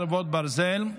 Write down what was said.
חרבות ברזל),